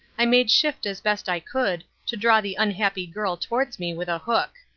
i made shift as best i could to draw the unhappy girl towards me with a hook.